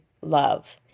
love